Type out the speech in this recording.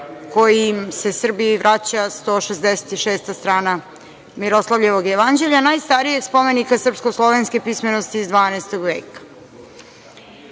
kojim se Srbiji vraća 166. strana Miroslavljevog jevanđelja, najstarijeg spomenika srpsko-slovenske pismenosti iz 12. veka. Kada